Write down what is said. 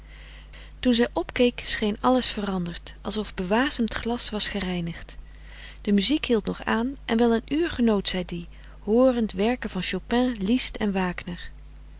toen zij opkeek scheen alles veranderd alsof bewasemd glas was gereinigd de muziek hield nog aan en wel een uur genoot zij die hoorend werken van chopin liszt en wagner